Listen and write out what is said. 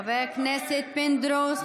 חבר הכנסת פינדרוס,